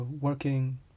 working